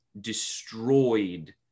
destroyed